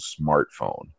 smartphone